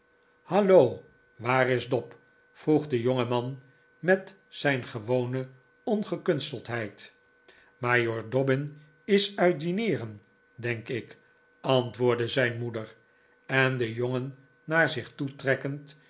hallo waar is dob vroeg de jonge man met zijn gewone ongekunsteldheid majoor dobbin is uit dineeren denk ik antwoordde zijn moeder en den jongen naarzichtoe trekkend